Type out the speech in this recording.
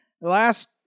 Last